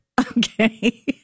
Okay